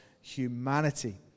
humanity